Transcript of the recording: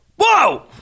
Whoa